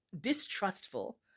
distrustful